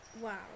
wow